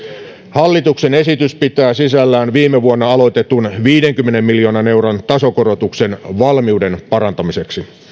hallituksen esitys pitää sisällään viime vuonna aloitetun viidenkymmenen miljoonan euron tasokorotuksen valmiuden parantamiseksi